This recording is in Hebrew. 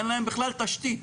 אין להם בכלל תשתית,